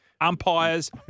Umpires